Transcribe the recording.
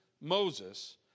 moses